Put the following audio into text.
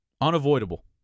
unavoidable